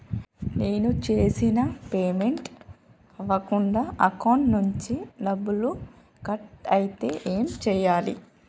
నేను చేసిన పేమెంట్ అవ్వకుండా అకౌంట్ నుంచి డబ్బులు కట్ అయితే ఏం చేయాలి?